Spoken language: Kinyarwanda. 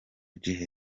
gihe